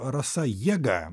rasa jėga